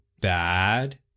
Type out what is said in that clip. bad